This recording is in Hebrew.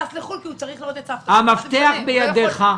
המפתח בידיך.